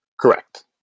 Correct